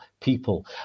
people